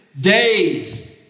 days